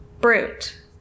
Brute